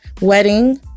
wedding